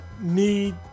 need